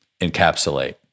encapsulate